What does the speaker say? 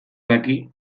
daki